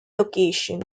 location